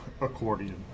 accordion